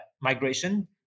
migration